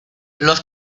los